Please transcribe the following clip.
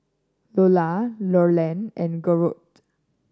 Lular Leland and Gertrude